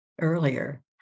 earlier